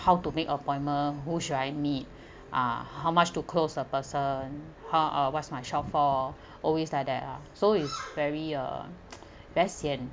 how to make appointment who should I meet ah how much to close a person how uh what is my short fall always like that ah so it's very uh very sian